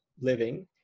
living